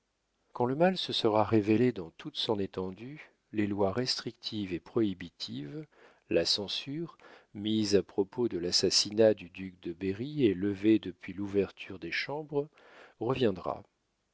quand le mal se sera révélé dans toute son étendue les lois restrictives et prohibitives la censure mise à propos de l'assassinat du duc de berry et levée depuis l'ouverture des chambres reviendra